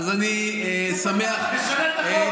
אז נשנה את החוק.